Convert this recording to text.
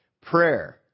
Prayer